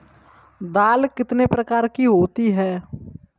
दाल कितने प्रकार की होती है?